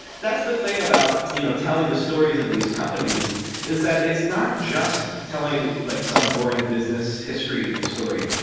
that's the thing about you know telling the stories of these companies is that it's not just telling like some boring business history story.